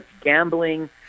gambling